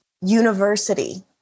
university